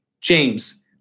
james